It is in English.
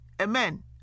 amen